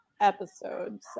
episode